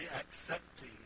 accepting